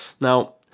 now